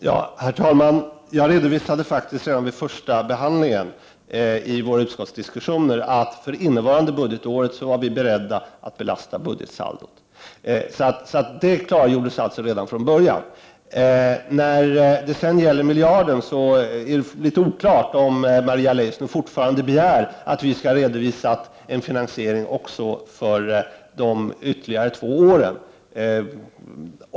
Herr talman! Jag redovisade faktiskt redan vid det första tillfället för behandling av detta ärende i utskottet att vi i centern var beredda att för innevarande budgetår belasta budgetsaldot. Det klargjordes alltså redan från början. När det gäller miljarden är det litet oklart om Maria Leissner fortfarande begär att vi skall redovisa en finansiering också för de följande två åren.